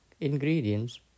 ingredients